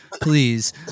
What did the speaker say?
please